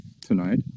tonight